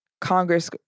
Congress